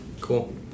Cool